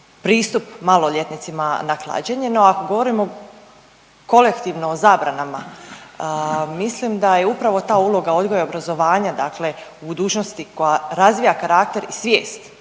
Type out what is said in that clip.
pristup maloljetnicima na klađenje. No, ako govorimo kolektivno o zabranama mislim da je upravo ta uloga odgoja i obrazovanja, dakle budućnosti koja razvija karakter i svijest